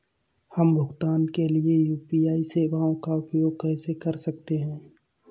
हम भुगतान के लिए यू.पी.आई सेवाओं का उपयोग कैसे कर सकते हैं?